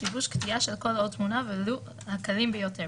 "שיבוש" קטיעה של קול או תמונה ולו הקלים ביותר.